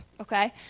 Okay